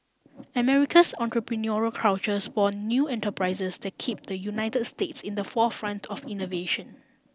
America's entrepreneurial culture spawn new enterprises that kept the United States in the forefront of innovation